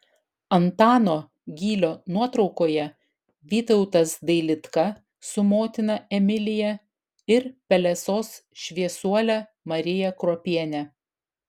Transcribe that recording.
antano gylio nuotraukoje vytautas dailidka su motina emilija ir pelesos šviesuole marija kruopiene